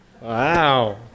Wow